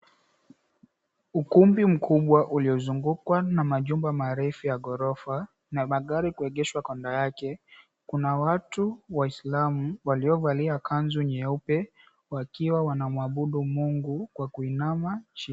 Ukumbi mkubwa uliozungukwa na majumba marefu ya ghorofa na magari kuegeshwa kando yake kuna watu waislamu waliovalia kanzu nyeupe wakiwa wanamwabudu mungu kwa kuinama.